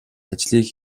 ажлыг